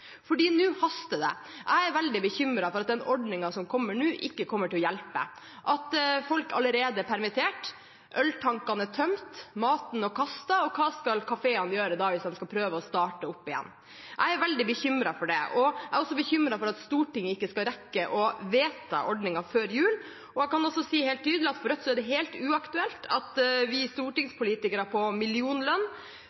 nå haster det. Jeg er veldig bekymret for at den ordningen som kommer nå, ikke kommer til å hjelpe – at folk allerede er permittert, at øltankene er tømt, at maten er kastet. Hva skal kafeene gjøre hvis de skal prøve å starte opp igjen? Jeg er veldig bekymret for det. Jeg er også bekymret for at Stortinget ikke skal rekke å vedta ordningen før jul. Jeg kan si helt tydelig at for Rødt er det helt uaktuelt at vi